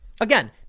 Again